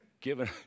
given